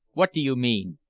what do you mean?